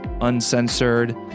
uncensored